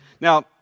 Now